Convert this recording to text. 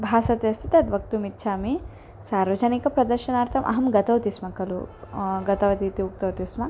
भासते अस्ति तद् वक्तुम् इच्छामि सार्वजनिकप्रदर्शनार्थम् अहं गतवती स्म कलु गतवती इति उक्तवती स्म